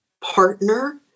partner